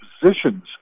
positions